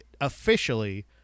officially